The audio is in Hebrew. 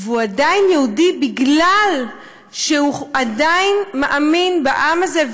והוא עדיין יהודי בגלל שהוא עדיין מאמין בעם הזה,